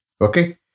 Okay